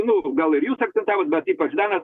nu gal ir jūs akcentavot bet ypač danas